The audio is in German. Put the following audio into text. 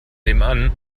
nebenan